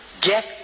Get